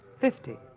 Fifty